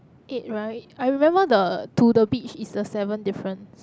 eight right I remember the to the beach is the seven different